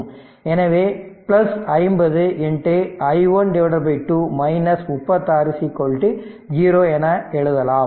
எனவே 50 i1 2 36 0 ஆக எழுதலாம்